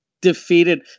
defeated